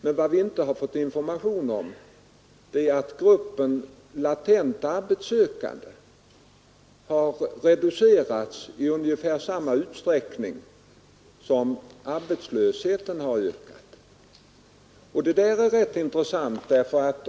Men vad vi inte fått information om är att gruppen latent arbetssökande har reducerats i ungefär samma utsträckning som gruppen arbetslösa har ökat. Detta är rätt intressant.